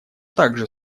также